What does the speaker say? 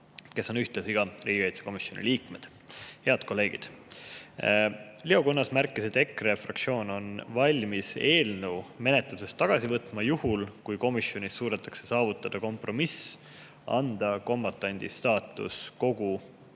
kes on ühtlasi riigikaitsekomisjoni liikmed, head kolleegid. Leo Kunnas märkis, et EKRE fraktsioon on valmis eelnõu menetlusest tagasi võtma juhul, kui komisjonis suudetakse saavutada kompromiss, et anda kombatandi staatus kogu